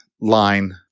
line